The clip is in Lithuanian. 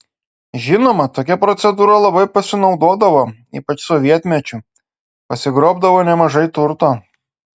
žinoma tokia procedūra labai pasinaudodavo ypač sovietmečiu pasigrobdavo nemažai turto